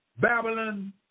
Babylon